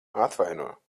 atvaino